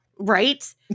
right